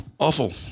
Awful